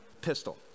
pistol